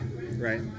right